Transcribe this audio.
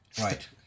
Right